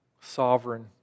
sovereign